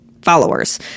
Followers